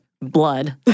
blood